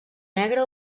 negre